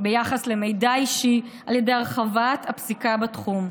ביחס למידע אישי על ידי הרחבת הפסיקה בתחום.